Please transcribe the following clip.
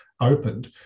opened